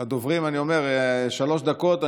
לדוברים אני אומר: שלוש דקות.